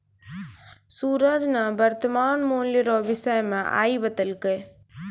सूरज ने वर्तमान मूल्य रो विषय मे आइ बतैलकै